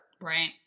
Right